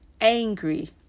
angry